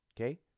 Okay